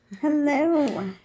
Hello